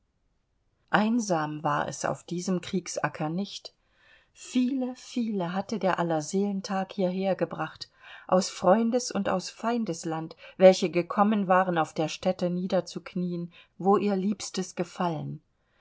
einsam war es auf diesem kriegsacker nicht viele viele hatte der allerseelentag hierhergebracht aus freundes und aus feindesland welche gekommen waren auf der stätte niederzuknieen wo ihr liebstes gefallen